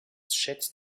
schätzt